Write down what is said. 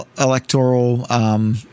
electoral